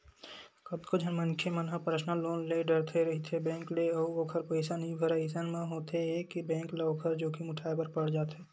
कतको झन मनखे मन ह पर्सनल लोन ले डरथे रहिथे बेंक ले अउ ओखर पइसा नइ भरय अइसन म होथे ये के बेंक ल ओखर जोखिम उठाय बर पड़ जाथे